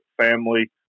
family